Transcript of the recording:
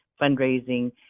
fundraising